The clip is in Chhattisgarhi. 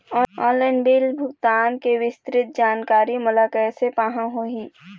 ऑनलाइन बिल भुगतान के विस्तृत जानकारी मोला कैसे पाहां होही?